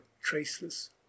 traceless